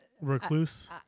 Recluse